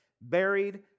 buried